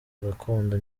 gakondo